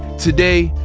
today,